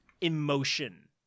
emotion